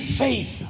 faith